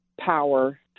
power